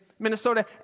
Minnesota